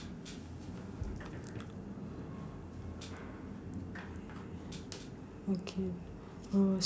okay oh